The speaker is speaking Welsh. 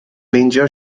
meindio